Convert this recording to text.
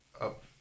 up